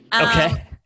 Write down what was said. Okay